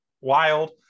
wild